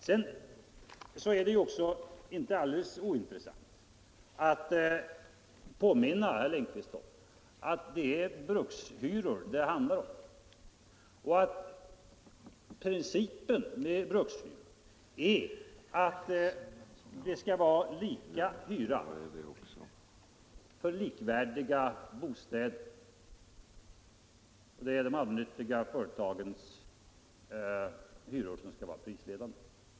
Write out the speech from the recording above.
Sedan är det inte alldeles ointressant att påminna herr Lindkvist om att det är brukshyror det handlar om och att principen med brukshyror är att det skall vara lika hyra för likvärdiga bostäder och att de allmännyttiga företagens hyror skall vara prisledande.